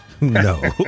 no